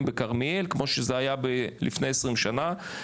בכרמיאל כמו שזה היה לפני כ-20 שנים,